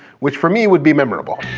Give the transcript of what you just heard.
which for me would be memorable.